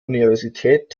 universität